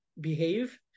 behave